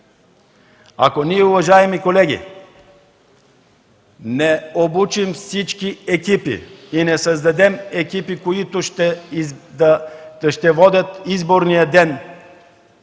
Ако ние, уважаеми колеги, не обучим всички екипи и не създадем екипи, които ще водят изборния ден